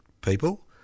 people